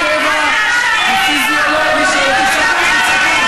הוא נתן לכל אחד את הטבע הפיזיולוגי שלו.